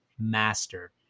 Master